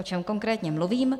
O čem konkrétně mluvím?